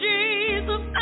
Jesus